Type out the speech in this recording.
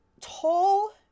tall